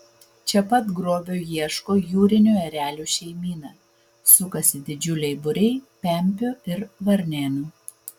čia pat grobio ieško jūrinių erelių šeimyna sukasi didžiuliai būriai pempių ir varnėnų